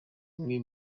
imwe